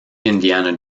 indiana